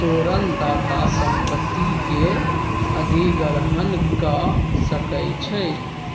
तोरण दाता संपत्ति के अधिग्रहण कऽ सकै छइ